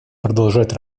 продолжать